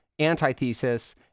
antithesis